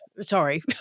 Sorry